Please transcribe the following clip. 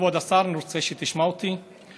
כבוד השר, אני רוצה שתשמע אותי.